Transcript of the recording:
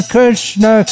Krishna